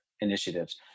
initiatives